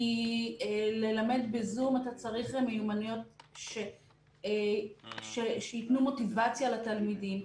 כי ללמד בזום אתה צריך מיומנויות שייתנו מוטיבציה לתלמידים.